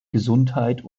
gesundheit